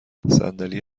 صندلی